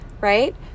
right